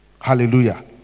Hallelujah